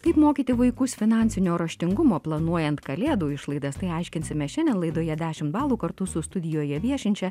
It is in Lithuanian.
kaip mokyti vaikus finansinio raštingumo planuojant kalėdų išlaidas tai aiškinsimės šiandien laidoje dešim balų kartu su studijoje viešinčia